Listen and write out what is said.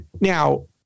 Now